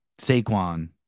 Saquon